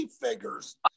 figures